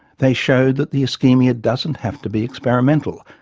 they showed that the ischemia doesn't have to be experimental,